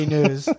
News